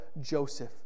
Joseph